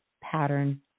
pattern